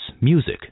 music